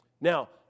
Now